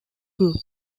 group